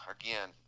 Again